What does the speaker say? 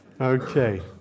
Okay